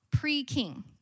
Pre-king